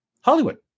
Hollywood